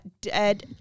dead